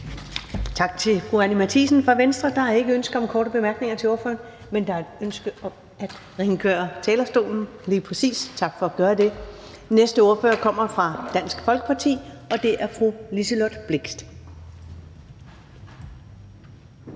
Tak til fru Anni Matthiesen fra Venstre. Der er ikke ønske om korte bemærkninger til ordføreren, men der er et ønske om, at ordføreren rengør talerstolen; tak for at gøre det. Næste ordfører kommer fra Dansk Folkeparti, og det er fru Liselott Blixt.